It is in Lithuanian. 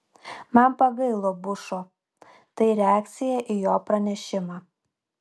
man pagailo bušo tai reakcija į jo pranešimą